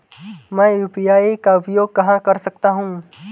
मैं यू.पी.आई का उपयोग कहां कर सकता हूं?